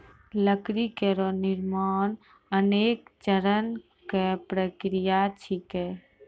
लकड़ी केरो निर्माण अनेक चरण क प्रक्रिया छिकै